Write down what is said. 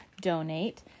donate